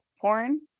porn